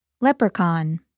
Leprechaun